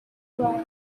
cry